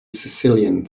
sicilian